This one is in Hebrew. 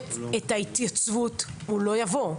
מחייבת את ההתייצבות, הוא לא יבוא.